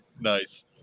Nice